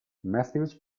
matthews